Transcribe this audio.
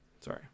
Sorry